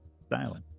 styling